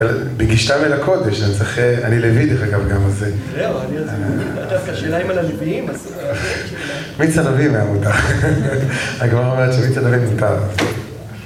בגישתם אל הקודש, אני צריך... אני לוי דרך אגב גם אז.. זהו, אני עוד... אתה עוד השאלה אם על הלויים, אז... מיץ ענבים היה מותר. הגמר אומר שמיץ ענבים מותר